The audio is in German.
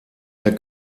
der